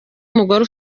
umugore